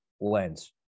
lens